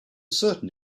certain